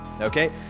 okay